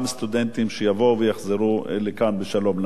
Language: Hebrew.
סטודנטים שיבואו ויחזרו לכאן בשלום,